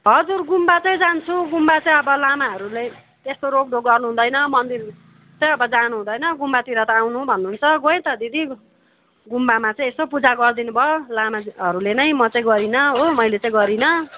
हजुर गुम्बा चाहिँ जान्छु गुम्बा चाहिँ अब लामाहरूले यस्तो रोकटोक गर्नु हुँदैन मन्दिर चाहिँ अब जानु हुँदैन गुम्बातिर त आउनु भन्नुहुन्छ गएँ त दिदी गुम्बामा चाहिँ यसो पूजा गरिदिनु भयो लामाहरूले नै म चाहिँ गरिनँ हो मैले चाहिँ गरिनँ